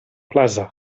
plaza